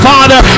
Father